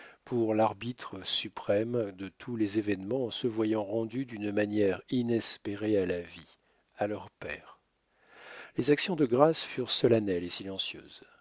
pour l'arbitre suprême de tous les événements en se voyant rendues d'une manière inespérée à la vie à leur père les actions de grâces furent solennelles et silencieuses